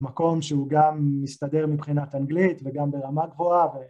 מקום שהוא גם מסתדר מבחינת אנגלית וגם ברמה גבוהה